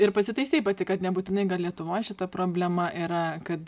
ir pasitaisei pati kad nebūtinai lietuvoj šita problema yra kad